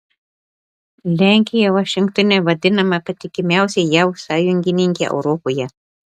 lenkija vašingtone vadinama patikimiausia jav sąjungininke europoje